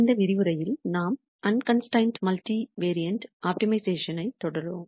இந்த விரிவுரையில் நாம் அண்கன்ஸ்டிரெயின்டு மல்டிவேரியேட் ஆப்டிமைசேஷனுடன் தொடருவோம்